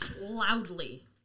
loudly